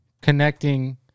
connecting